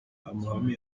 amahame